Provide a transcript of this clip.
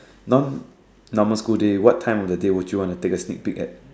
non normal school day what time of the day would you want to take a sneak peek at